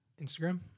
Instagram